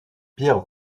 pierre